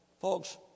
Folks